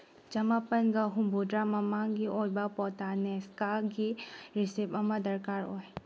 ꯆꯃꯥꯄꯜꯒ ꯍꯨꯝꯐꯨꯇꯔꯥ ꯃꯃꯥꯡꯒꯤ ꯑꯣꯏꯕ ꯄꯣꯠꯇꯥꯅꯦꯁꯀꯥꯒꯤ ꯔꯤꯁꯤꯞ ꯑꯃ ꯗꯔꯀꯥꯔ ꯑꯣꯏ